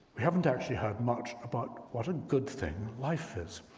we haven't actually heard much about what a good thing life is,